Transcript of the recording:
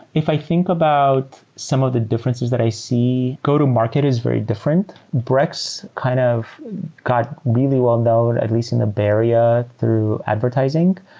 if i think about some of the differences that i see, go-to-market is very different. brex kind of got really well-known at least in the bay area through advertising,